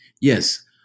Yes